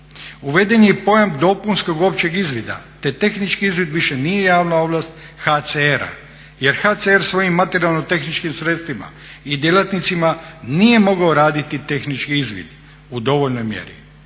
Uveden je i pojam dopunskog općeg izvida te tehnički izvid više nije javna ovlast HCR-a jer HCR svojim materijalno-tehničkim sredstvima i djelatnicima nije mogao raditi tehnički izvid u dovoljnoj mjeri.